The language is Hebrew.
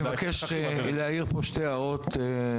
אני מבקש להעיר פה שתי הערות להמשך,